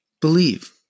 believe